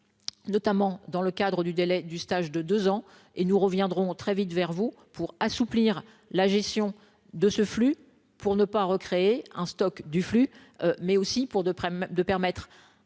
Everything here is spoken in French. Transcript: notamment dans le cadre du délai du stage de 2 ans et nous reviendrons très vite vers vous pour assouplir la gestion de ce flux pour ne pas recréer un stock du flux mais aussi pour des problèmes